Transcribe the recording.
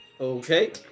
Okay